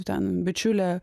ten bičiulė